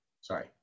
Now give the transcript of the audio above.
Sorry